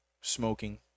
smoking